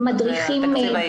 למדריכים.